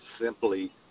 simply